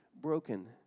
broken